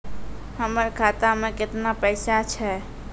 हमर खाता मैं केतना पैसा छह?